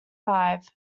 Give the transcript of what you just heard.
five